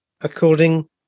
according